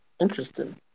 Interesting